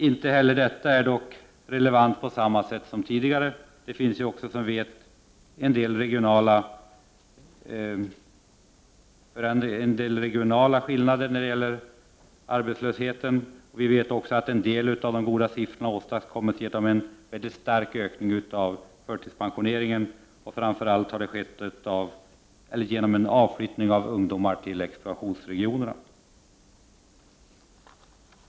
Inte heller detta är dock relevant på samma sätt som tidigare. Det finns också, som vi vet, en del regionala skillnader när det gäller arbetslösheten. En del av de goda siffrorna åstadkoms också genom en mycket stark ökning av förtidspensioneringen och framför allt genom en avflyttning av ungdomar till expansionsregionerna.